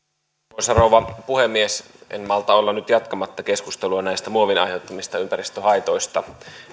arvoisa rouva puhemies en malta nyt olla jatkamatta keskustelua näistä muovin aiheuttamista ympäristöhaitoista